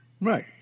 Right